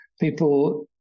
People